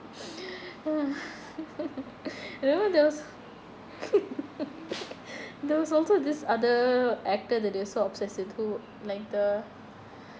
remember there was there was also this other actor that you were so obsessed with who like the